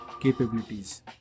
capabilities